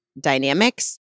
dynamics